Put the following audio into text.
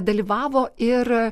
dalyvavo ir